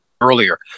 earlier